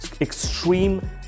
extreme